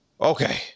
Okay